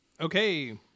Okay